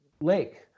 lake